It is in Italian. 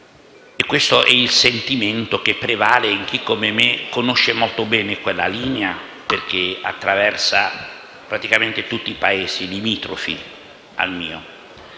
Questo è il sentimento che prevale in chi, come me, conosce molto bene quella linea, perché attraversa praticamente tutti i paesi limitrofi al mio